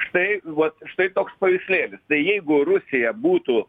štai vat štai toks paveikslėlis tai jeigu rusija būtų